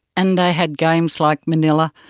and they had games like manila.